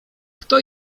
kto